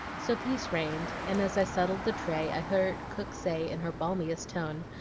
so peace reigned, and as i settled the tray, i heard cook say in her balmiest tone,